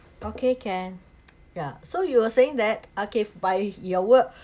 okay can so you were saying that okay by your word